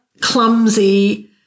clumsy